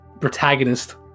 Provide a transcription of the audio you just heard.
protagonist